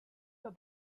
your